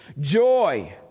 joy